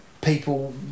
people